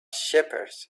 shepherds